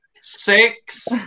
Six